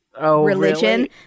religion